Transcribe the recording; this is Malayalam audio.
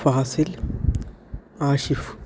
ഫാസിൽ ആഷിഫ്